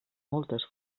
moltes